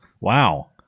Wow